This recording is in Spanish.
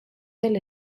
del